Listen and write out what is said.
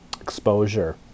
exposure